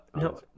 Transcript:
no